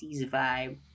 vibe